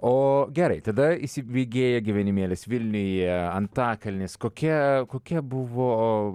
o gerai tada įsibėgėja gyvenimėlis vilniuje antakalnis kokia kokia buvo